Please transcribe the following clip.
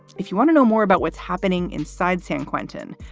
if you want to know more about what's happening inside san quentin.